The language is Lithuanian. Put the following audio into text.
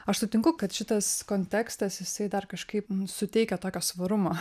aš sutinku kad šitas kontekstas jisai dar kažkaip suteikia tokio svarumo